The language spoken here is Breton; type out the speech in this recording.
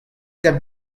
gant